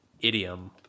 idiom